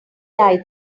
lie